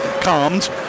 calmed